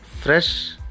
fresh